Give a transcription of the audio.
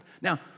Now